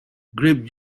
grape